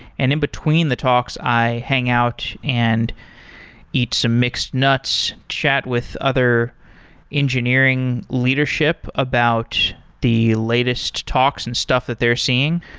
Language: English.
and in between the talks i hang out and eat some mixed nuts, chat with other engineering leadership about the latest talks and stuff that they're seeing,